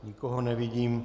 Nikoho nevidím.